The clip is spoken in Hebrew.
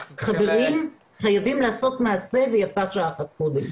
חברים, חייבים לעשות מעשה ויפה שעה אחת קודם.